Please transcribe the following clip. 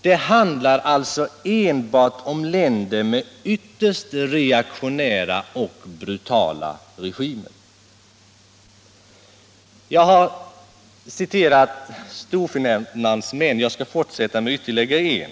Det handlar alltså enbart om länder med ytterst reaktionära och brutala regimer. Jag har tidigare citerat några av storfinansens män. Jag skall fortsätta med ytterligare en.